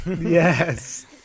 Yes